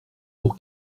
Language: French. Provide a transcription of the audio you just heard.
pour